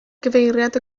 gyfeiriad